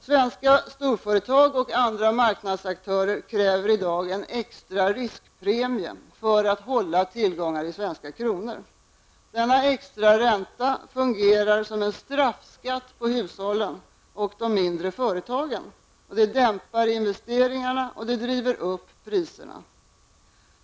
Svenska storföretag och andra marknadsaktörer kräver i dag en extra riskpremie för att hålla tillgångar i svenska kronor. Denna extra ränta fungerar som en straffskatt på hushållen och de mindre företagen, och den dämpar investeringarna och driver upp prisnivån.